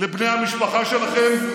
לבני המשפחה שלכם?